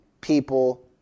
people